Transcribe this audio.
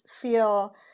feel